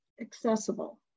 accessible